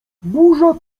burza